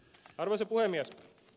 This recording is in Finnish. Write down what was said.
arvoisa puhemies